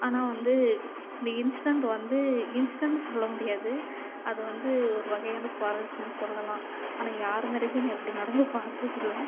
ஆனால் வந்து இந்த இன்ஸிடண்ட் வந்து இன்ஸிடண்ட் சொல்ல முடியாது அது வந்து ஒருவகையான சுவாரஸ்யம்னு சொல்லலாம் ஆனால் யார் மேரேஜும் இப்படி நடந்து பார்த்தது இல்லை